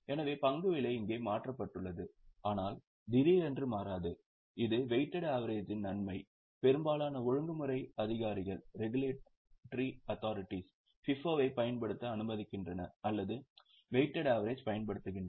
எனவே பங்கு விலை இங்கே மாற்றப்பட்டுள்ளது ஆனால் திடீரென்று மாறாது இது வெயிட்டெட் ஆவெரேஜ்'இன் நன்மை பெரும்பாலான ஒழுங்குமுறை அதிகாரிகள் FIFO வைப் பயன்படுத்த அனுமதிக்கின்றன அல்லது வெயிட்டெட் ஆவெரேஜ் பயன்படுத்துகின்றன